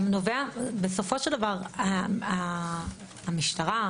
בסופו של דבר המשטרה,